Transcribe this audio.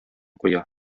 куя